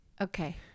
Okay